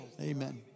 Amen